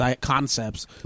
concepts